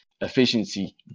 efficiency